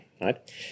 right